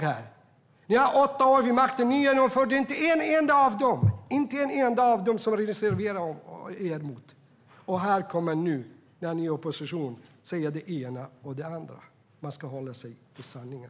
Ni har suttit åtta år vid makten, men ni genomförde inte ett enda av de förslag som ni har reserverat er emot. Nu kommer ni här, när ni är i opposition, och säger både det ena och det andra. Man ska hålla sig till sanningen.